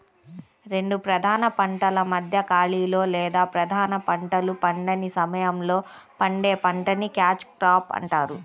రెండు ప్రధాన పంటల మధ్య ఖాళీలో లేదా ప్రధాన పంటలు పండని సమయంలో పండే పంటని క్యాచ్ క్రాప్ అంటారు